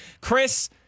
Chris